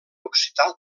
occità